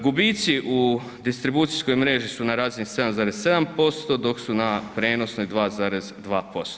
Gubici u distribucijskoj mreži su na razini 7,7%, dok su na prenosnoj 2,2%